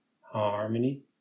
harmony